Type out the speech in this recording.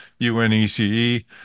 UNECE